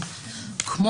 קודם